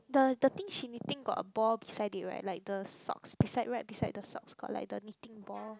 the the thing she knitting got a ball beside it right like the socks beside right beside the socks got like the knitting ball